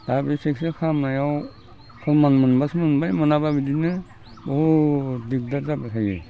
दा बे सिखित्सा खालामनायाव प्र'मान मोनबासो मोनबाय मोनाबा बिदिनो बहुत दिग्दार जाबाय थायो